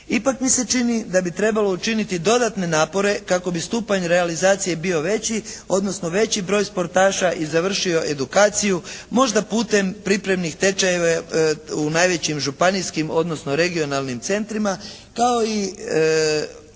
Ipak mi se čini da bi trebalo učiniti dodatne napore kako bi stupanje realizacije bio veći, odnosno veći broj sportaša i završio edukaciju možda putem pripremnih tečajeva u najvećim županijskim, odnosno regionalnim centrima kao i